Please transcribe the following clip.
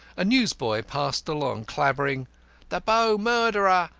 a newsboy passed along, clamouring the bow murderer,